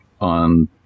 on